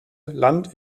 land